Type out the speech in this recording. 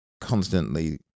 constantly